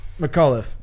McAuliffe